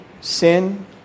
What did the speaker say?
sin